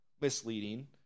misleading